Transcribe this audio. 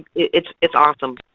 it's it's awesome.